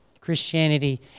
Christianity